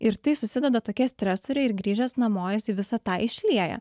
ir tai susideda tokie stresoriai ir grįžęs namo jis visą tai išlieja